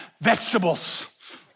vegetables